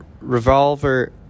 Revolver